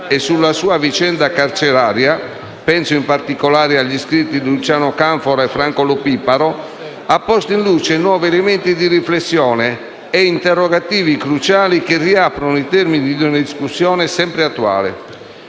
e sulla sua vicenda carceraria (penso in particolare agli scritti di Luciano Canfora e Franco Lo Piparo) ha posto in luce nuovi elementi di riflessione e interrogativi cruciali, che riaprono i termini di una discussione sempre attuale.